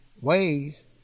ways